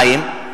דבר שני,